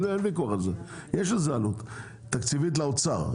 אין ויכוח על זה, יש לזה עלות תקציבית לאוצר.